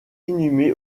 inhumé